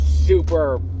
super